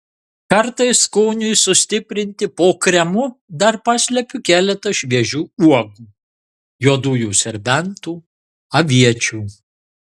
kartais skoniui sustiprinti po kremu dar paslepiu keletą šviežių uogų juodųjų serbentų aviečių